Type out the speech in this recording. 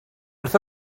wrth